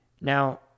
Now